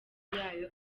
yayo